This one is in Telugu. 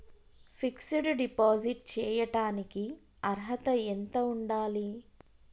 ఫిక్స్ డ్ డిపాజిట్ చేయటానికి అర్హత ఎంత ఉండాలి?